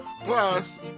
Plus